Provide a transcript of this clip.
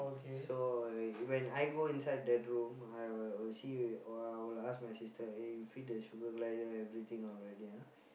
so uh when I go inside that room I will uh see or I will ask my sister eh you feed the sugar glider everything already ah